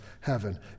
heaven